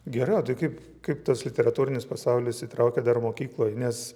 gerai o tai kaip kaip tas literatūrinis pasaulis įtraukė dar mokykloj nes